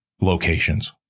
locations